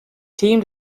team